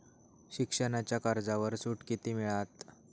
शिक्षणाच्या कर्जावर सूट किती मिळात?